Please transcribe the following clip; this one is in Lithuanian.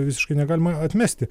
visiškai negalima atmesti